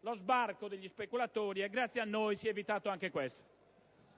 uno sbarco degli speculatori. Grazie a noi si è evitato anche questo.